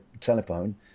telephone